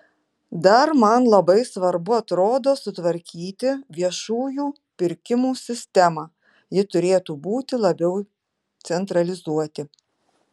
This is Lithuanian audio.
dar man labai svarbu atrodo sutvarkyti viešųjų pirkimų sistemą ji turėtų būti labiau centralizuoti